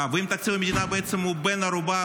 האם תקציב המדינה הוא למעשה בן ערובה